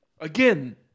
again